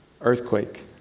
Earthquake